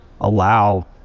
allow